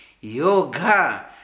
yoga